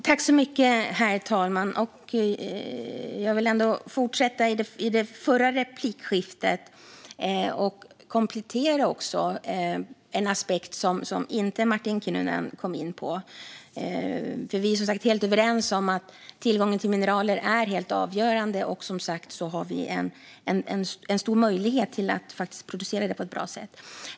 Herr talman! Jag vill fortsätta att tala om det förra replikskiftet och komplettera med en aspekt som Martin Kinnunen inte kom in på. Vi är som sagt helt överens om att tillgången till mineral är helt avgörande och att vi har en stor möjlighet att producera det på ett bra sätt.